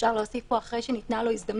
אפשר להוסיף פה אחרי שניתנה לו הזדמנות